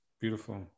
beautiful